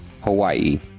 Hawaii